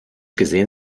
gesehen